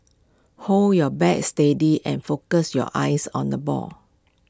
hold your bat steady and focus your eyes on the ball